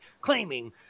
claiming